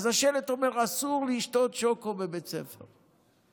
השלט אומר: אסור לשתות שוקו בבית ספר.